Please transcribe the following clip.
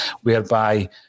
whereby